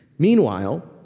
Meanwhile